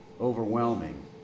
overwhelming